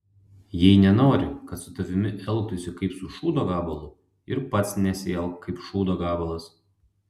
jei nenori kad su tavimi elgtųsi kaip su šūdo gabalu ir pats nesielk kaip šūdo gabalas